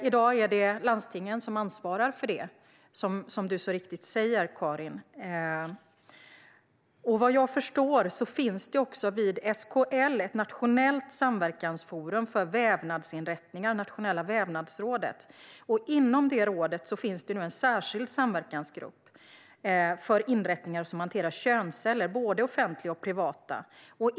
I dag är det landstingen som ansvarar för detta, som Karin så riktigt säger. Vad jag förstår finns vid SKL ett nationellt samverkansforum för vävnadsinrättningar, Nationella vävnadsrådet. Inom detta råd finns nu en särskild samverkansgrupp för både offentliga och privata inrättningar som hanterar könsceller.